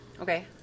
okay